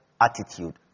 attitude